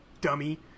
dummy